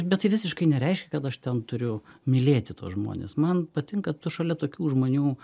bet tai visiškai nereiškia kad aš ten turiu mylėti tuos žmones man patinka tu šalia tokių žmonių